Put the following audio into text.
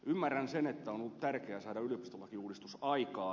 ymmärrän sen että on ollut tärkeää saada yliopistolakiuudistus aikaan